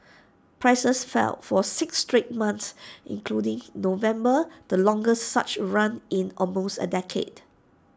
prices fell for six straight months including November the longest such run in almost A decade